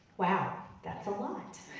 wow, that's a lot.